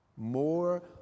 more